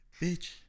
bitch